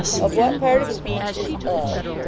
of what part of speech is of?